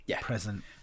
present